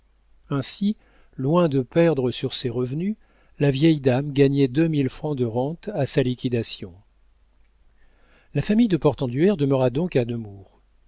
ainsi loin de perdre sur ses revenus la vieille dame gagnait deux mille francs de rente à sa liquidation la famille de portenduère demeura donc à